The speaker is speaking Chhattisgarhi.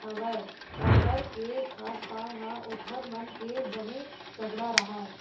हवय काबर के खान पान ह ओखर मन के बने तगड़ा राहय